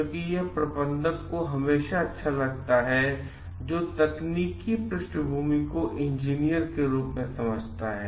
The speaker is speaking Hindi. क्योंकि यह प्रबंधक को हमेशा अच्छा लगता है जो तकनीकी पृष्ठभूमि को इंजीनियर के रूप में समझता है